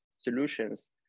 solutions